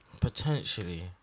potentially